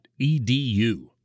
edu